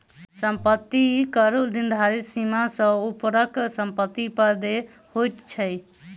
सम्पत्ति कर निर्धारित सीमा सॅ ऊपरक सम्पत्ति पर देय होइत छै